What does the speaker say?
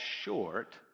short